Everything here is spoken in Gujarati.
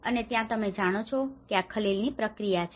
અને ત્યાં તમે જાણો છો કે આ ખલેલની પ્રતિક્રિયા છે